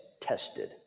tested